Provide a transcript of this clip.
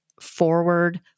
forward